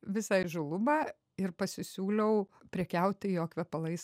visą įžūlumą ir pasisiūliau prekiauti jo kvepalais